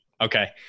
Okay